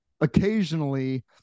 Occasionally